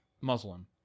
Muslim